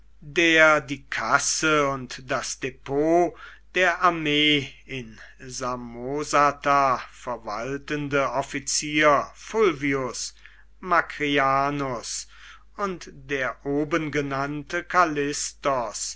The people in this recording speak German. der die kasse und das depot der armee in samosata verwaltende offizier fulvius mari und der oben